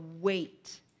weight